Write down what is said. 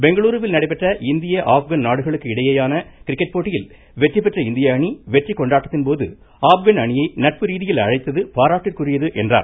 பெங்களுரூவில் நடைபெற்ற இந்திய ஆப்கன் நாடுகளுக்கு இடையேயான கிரிக்கெட் போட்டியில் வெற்றி பெற்ற இந்திய அணி வெற்றி கொண்டாட்டத்தின் போது ஆப்கன் அணியை நட்பு ரீதியில் அழைத்தது பாராட்டிற்குரியது என்றார்